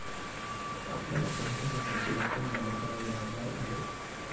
आपल्याला कोणत्या प्रकारची रक्कम जमा करावी लागणार आहे?